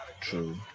True